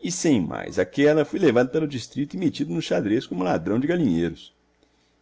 e sem mais aquela fui levado para o distrito e metido no xadrez como ladrão de galinheiros